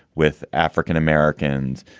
with african-americans,